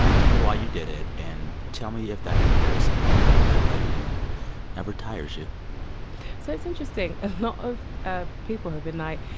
ah tell me why you did it. and tell me if that comparison or and that labelling ever tires you so it's interesting. a lot of ah people have been like,